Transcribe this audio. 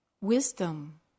wisdom